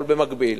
אבל במקביל,